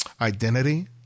identity